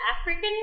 African